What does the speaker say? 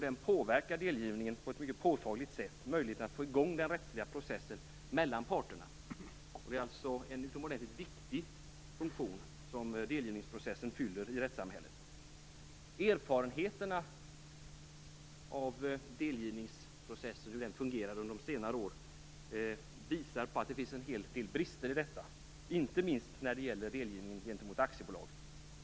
Delgivningen påverkar möjligheterna att få i gång den rättsliga processen mellan parterna på ett mycket påtagligt sätt. Delgivningsprocessen fyller en utomordentligt viktig funktion i rättssamhället. Erfarenheterna av hur delgivningsprocessen fungerat under senare år visar på att det finns en hel del brister, inte minst när det gäller delgivning gentemot aktiebolag.